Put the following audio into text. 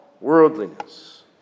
worldliness